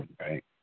right